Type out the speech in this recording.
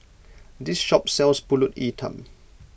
this shop sells Pulut Hitam